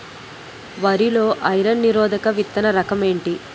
వరి లో ఐరన్ నిరోధక విత్తన రకం ఏంటి?